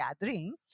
gathering